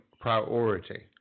priority